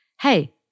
Hey